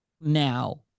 now